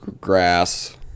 grass